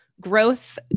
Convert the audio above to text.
growth